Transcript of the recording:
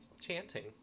chanting